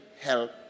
help